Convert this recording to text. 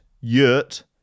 yurt